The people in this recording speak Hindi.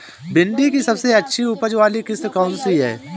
भिंडी की सबसे अच्छी उपज वाली किश्त कौन सी है?